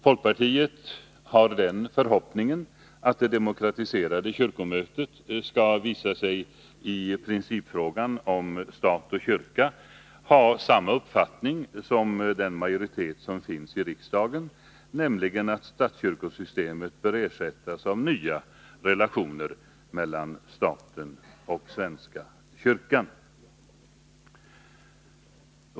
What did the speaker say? Folkpartiet har den förhoppningen att det demokratiserade kyrkomötet skall visa sig i principfrågan om stat och kyrka ha samma uppfattning som den majoritet som finns i riksdagen, nämligen att statskyrkosystemet bör ersättas av nya relationer mellan staten och svenska kyrkan.